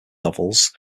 novels